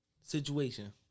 situation